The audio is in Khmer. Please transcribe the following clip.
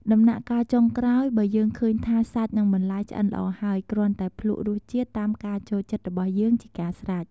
ដំណាក់កាលចុងក្រោយ បើយើងឃើញថាសាច់និងបន្លែឆ្អិនល្អហើយ គ្រាន់តែភ្លក់រសជាតិតាមការចូលចិត្តរបស់យើងជាការស្រេច។